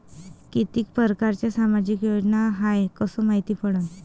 कितीक परकारच्या सामाजिक योजना हाय कस मायती पडन?